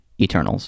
Eternals